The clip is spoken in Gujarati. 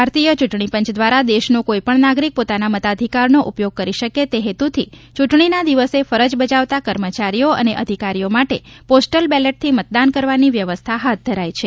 ભારતીય ચૂંટણીપંચ દ્વારા દેશનો કોઇ પણ નાગરિક પોતાના મતાધિકારનો ઉપયોગ કરી શકે તે હેતુથી ચૂંટણીના દિવસે ફરજ બજાવતા કર્મચારીઓ અને અધિકારીઓ માટે પોસ્ટલ બેલેટથી મતદાન કરવાની વ્યવસ્થા હાથ ધરાઇ છે